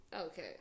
Okay